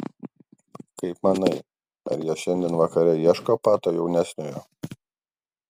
kaip manai ar jie šiandien vakare ieško pato jaunesniojo